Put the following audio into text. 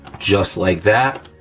just like that.